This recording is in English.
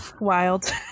wild